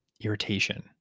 irritation